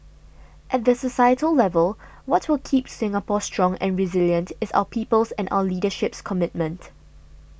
at the societal level what will keep Singapore strong and resilient is our people's and our leadership's commitment